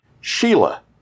Sheila